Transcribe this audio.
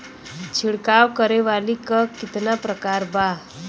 छिड़काव करे वाली क कितना प्रकार बा?